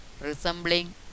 resembling